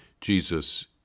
Jesus